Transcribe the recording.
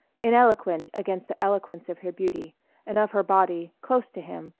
ineloquent against the eloquence of her beauty and of her body, close to him,